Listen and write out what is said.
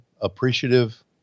appreciative